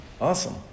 Awesome